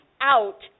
out